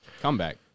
comeback